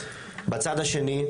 בצד השני,